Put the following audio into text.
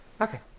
Okay